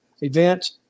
event